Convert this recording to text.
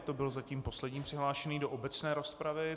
To byl zatím poslední přihlášený do obecné rozpravy.